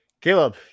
Caleb